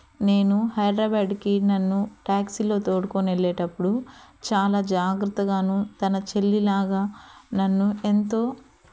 నేను హైదరాబాద్కి నన్ను ట్యాక్సీలో తోడుకొని వెళ్ళేటప్పుడు చాలా జాగ్రత్తగానూ తన చెల్లిలాగా నన్ను ఎంతో